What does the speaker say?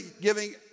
giving